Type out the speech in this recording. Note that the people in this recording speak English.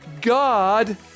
God